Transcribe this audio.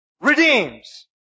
redeems